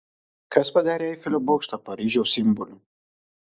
kas padarė eifelio bokštą paryžiaus simboliu